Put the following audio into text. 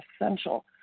essential